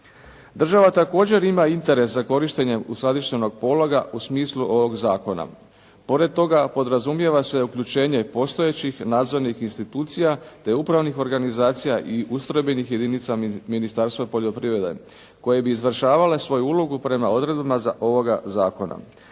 Država također ima interes za korištenjem uskladištenog pologa u smislu ovog zakona. Pored toga podrazumijeva se uključenje postojećih nadzornih institucija te upravnih organizacija i ustrojbenih jedinica Ministarstva poljoprivrede koje bi izvršavale svoju ulogu prema odredbama ovoga zakona.